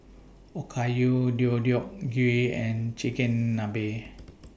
Okayu Deodeok Gui and Chigenabe